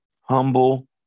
Humble